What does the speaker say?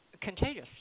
contagious